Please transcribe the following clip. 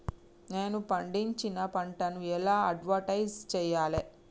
నేను పండించిన పంటను ఎలా అడ్వటైస్ చెయ్యాలే?